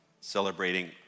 celebrating